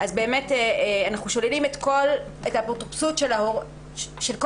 אנחנו שוללים את האפוטרופסות של כל